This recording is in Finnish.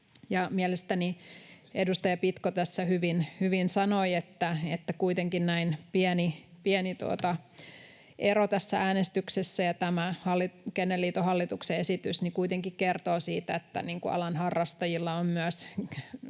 Mielestäni edustaja Pitko tässä hyvin sanoi, että kuitenkin näin pieni ero tässä äänestyksessä ja tämä Kennelliiton hallituksen esitys kuitenkin kertoo siitä, että alan harrastajilla on myös